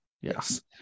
yes